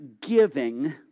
giving